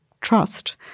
trust